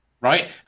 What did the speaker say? right